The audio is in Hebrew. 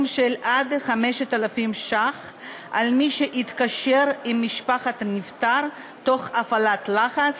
של עד 5,000 שקלים על מי שהתקשר עם משפחת נפטר תוך הפעלת לחץ,